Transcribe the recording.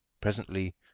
Presently